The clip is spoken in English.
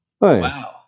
wow